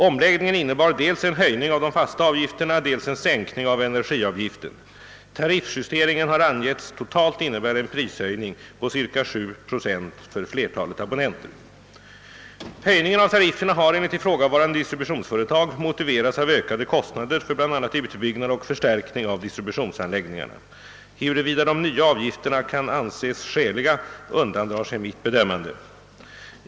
Omläggningen innebar dels en höjning av de fasta avgifterna, dels en sänkning av energiavgiften. Tariffjusteringen har angetts totalt innebära en prishöjning på ca 7 procent för flertalet abonnenter. Höjningen av tarifferna har enligt ifrågavarande distributionsföretag motiverats av ökade kostnader för bl a. utbyggnad och förstärkning av distributionsanläggningarna. Huruvida de nya avgifterna kan anses skäliga undandrar sig mitt bedömande.